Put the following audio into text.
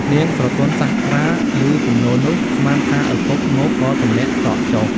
នាងស្រទន់សាស្ត្រាឮពំនោលនោះ ស្មានថាឪពុកមកក៏ទម្លាក់សក់ចុះ ។